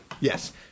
Yes